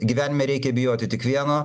gyvenime reikia bijoti tik vieno